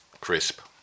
crisp